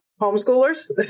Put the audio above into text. homeschoolers